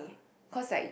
cause like